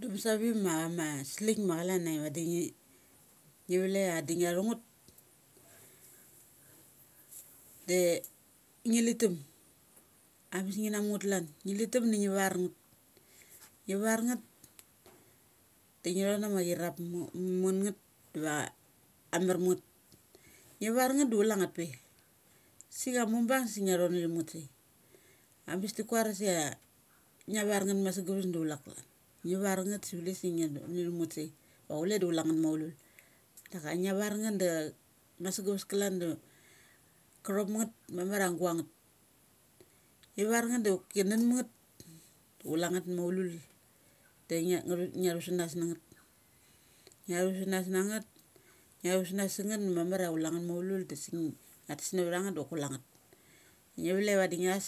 Da vsa vik ma, ma chakan a vadi ngi valekia vadi nga thungeth, de ngi litum. Abes ngi mungeth klan. Ngi litum da ngi var ngeth. Ngi var nget da ngi thon ama irap ma mun ngeth di va a marma nget. Ngi var nget da chule ngeth pe. Si ngia mubang sa ngia thon ithum ngeth sai. Ambes ti kuaras ia ngi var nget masagaves sa do chule da ngeth chalan. Ngi var nget si ngi don itham nget sai. Va chule da chule nget maulul. Daka ngi var nget da masagaves klan da masagaves klan da chathop ma nget mamar ia guang nget. Ngi var ngeth doki nut ma ngeth da chule ngeth maulul. Tai nge. ngia thu sangeth sa nas na ngeth. Ngia tu sanas nanget. Ngia thu sanas na nget dasi mamar ia kule nget maulul dasi ngia tes navtha nget ngeth dok kule ngeth. Ngi valek ia vadi ngias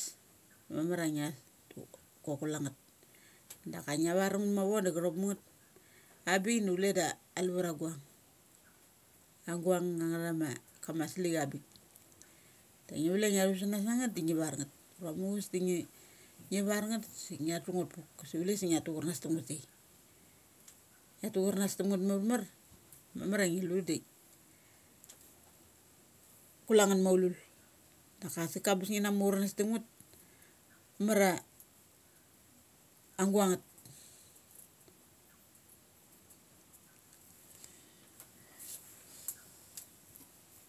mamar ia ngias dok kuke nget. Daka ngia varngeth mavo dacha thop ma ngeth abik du chule da alavar aguang. Aguang ma kama slik avang bik. Dengi vlekia ngia tusanas na ngeth da nge var ngeth. Muchus da ngi, ngi varngeth sa ngia tu ngeth puk. Sa chule sa ngia tu charnas tumngeth sai. Ngia tu charnas tum nget mamar. Maria ngi lu di kula ngeth maulul. Daka sik is bes ngi na muchu nas tam ngeth mamar a ang guang ngeth.